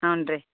ಹ್ಞೂ ರೀ